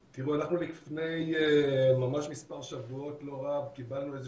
לפני מספר שבועות לא רב קיבלנו איזה